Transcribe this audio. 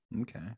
okay